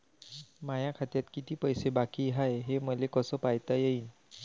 माया खात्यात किती पैसे बाकी हाय, हे मले कस पायता येईन?